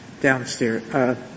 downstairs —